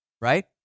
right